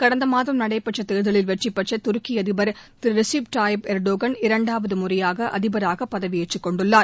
கடந்த மாதம் நடைபெற்ற தேர்தலில் வெற்றிபெற்ற துருக்கி அதிபர் திரு ரிஷப் டை எட்ரோகன் இரண்டாவது முறையாக அதிபராக பதிவயேற்றுக் கொண்டுள்ளார்